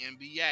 NBA